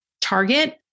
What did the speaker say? target